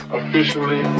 officially